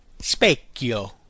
specchio